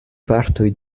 partoj